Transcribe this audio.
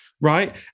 right